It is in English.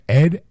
ed